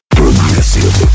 progressive